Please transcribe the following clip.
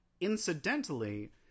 incidentally